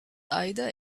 either